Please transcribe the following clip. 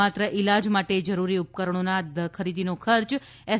માત્ર ઇલાજ માટે જરૂરી ઉપકરણોના ખરીદીનો ખર્ચ એસ